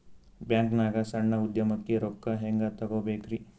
ಬ್ಯಾಂಕ್ನಾಗ ಸಣ್ಣ ಉದ್ಯಮಕ್ಕೆ ರೊಕ್ಕ ಹೆಂಗೆ ತಗೋಬೇಕ್ರಿ?